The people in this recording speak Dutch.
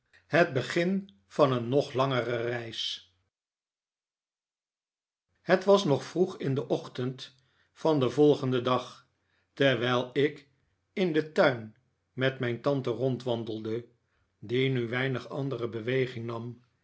het begin van een nog langere reis het was nog vroeg in den ochtend van den volgenden dag terwijl ik in den tuin met mijn tante rondwandelde